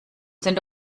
sind